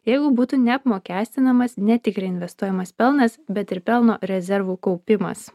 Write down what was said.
jeigu būtų neapmokestinamas ne tik reinvestuojamas pelnas bet ir pelno rezervų kaupimas